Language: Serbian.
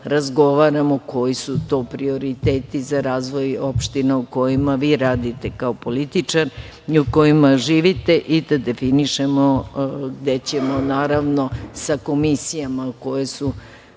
razgovaramo koji su to prioriteti za razvoj opština u kojima vi radite kao političar, i u kojima živite i da definišemo gde ćemo sa komisijama koje